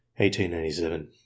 1897